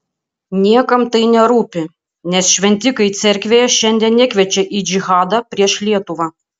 niekam tai nerūpi nes šventikai cerkvėje šiandien nekviečia į džihadą prieš lietuvą